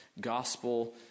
gospel